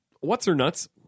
what's-her-nuts